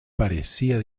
parecía